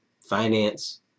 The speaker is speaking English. finance